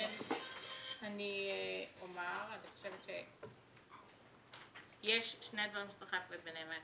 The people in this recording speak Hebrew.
אני חושבת שיש שני דברים שצריך להפריד ביניהם,